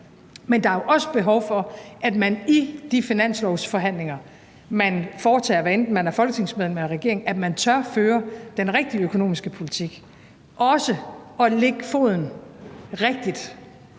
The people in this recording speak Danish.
Men der er jo også behov for, at man i de finanslovsforhandlinger, man foretager sig, hvad enten man er folketingsmedlem eller regering, tør føre den rigtige økonomiske politik og også at lægge foden rigtigt,